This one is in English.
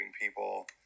people